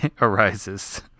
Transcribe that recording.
arises